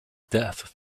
death